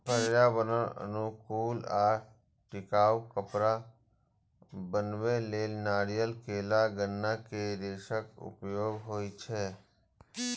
पर्यावरण अनुकूल आ टिकाउ कपड़ा बनबै लेल नारियल, केला, गन्ना के रेशाक उपयोग होइ छै